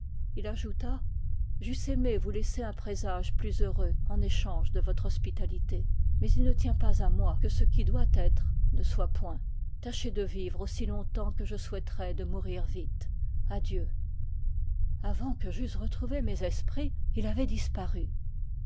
il ajouta j'eusse aimé vous laisser un présage plus heureux en échange de votre hospitalité mais il ne tient pas à moi que ce qui doit être ne soit point tâchez de vivre aussi long temps que je souhaiterais de mourir vite adieu avant que j'eusse retrouvé mes esprits il avait disparu